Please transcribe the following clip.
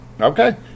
okay